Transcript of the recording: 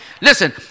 listen